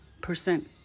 Percent